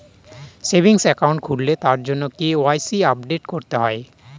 savings account খুললে তার জন্য কে.ওয়াই.সি আপডেট করতে হয়